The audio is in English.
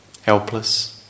Helpless